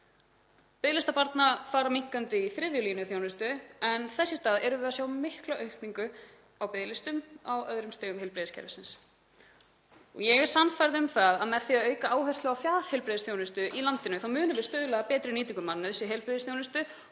Biðlistar barna fara minnkandi í þriðju línu þjónustu en þess í stað erum við að sjá mikla aukningu á biðlistum á öðrum stigum heilbrigðiskerfisins. Ég er sannfærð um að með því að auka áherslu á fjarheilbrigðisþjónustu í landinu munum við stuðla að betri nýtingu mannauðs í heilbrigðisþjónustu